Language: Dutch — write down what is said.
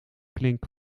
klink